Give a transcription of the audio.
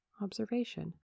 observation